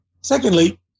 Secondly